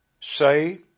say